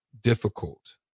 difficult